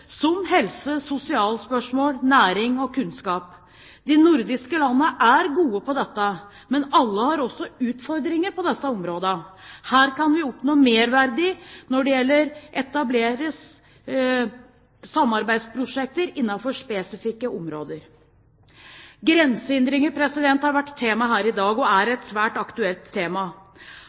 som helse, sosiale spørsmål, næring og kunnskap. De nordiske landene er gode på dette, men alle har også utfordringer på disse områdene. Her kan vi oppnå merverdi når det etableres samarbeidsprosjekter innenfor spesifikke områder. Grensehindringer har vært tema her i dag, og det er et svært aktuelt tema.